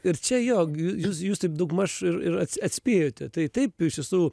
ir čia jo jūs jūs taip daugmaž ir ir atspėjote tai taip iš tiesų